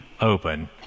open